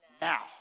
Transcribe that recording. now